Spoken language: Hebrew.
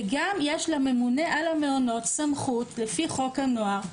וגם יש לממונה על המעונות סמכות לפי חוק הנוער,